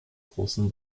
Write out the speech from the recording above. großen